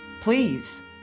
Please